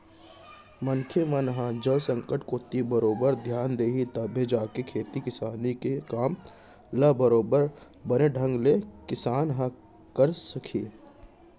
मनखे मन ह जल संकट कोती बरोबर धियान दिही तभे जाके खेती किसानी के काम ल बरोबर बने ढंग ले किसान ह करे सकही